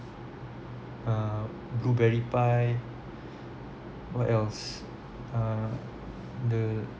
ah blueberry pie what else ah the